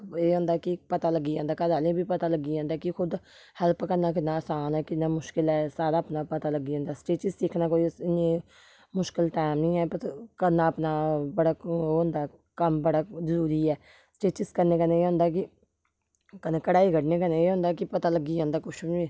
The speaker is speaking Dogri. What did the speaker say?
एह् होंदा कि पता लग्गी जंदा घर आह्लें गी बी पता लग्गी जंदा कि खुद हैल्प करना किन्ना आसान ऐ किन्ना मुश्किल ऐ सारा अपना पता लग्गी जंदा स्टिचिस सिक्खना कोई इन्ना मुश्कल टैम निं ऐ पता करना अपना बड़ा ओह् होंदा ऐ कम्म अपना बड़ा जरूरी ऐ स्टिचिस करने कन्नै एह् होंदा कि कन्नै कढाई कड्ढने कन्नै एह् होंदा ऐ कि पता लग्गी जंदा कुछ बी